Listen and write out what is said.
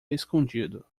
escondido